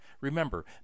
Remember